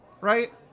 right